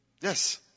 Yes